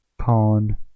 Pawn